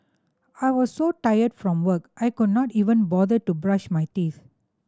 I was so tired from work I could not even bother to brush my teeth